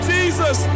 Jesus